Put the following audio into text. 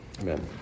Amen